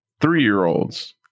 three-year-olds